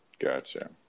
Gotcha